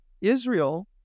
Israel